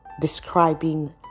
describing